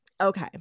okay